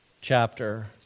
chapter